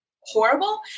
horrible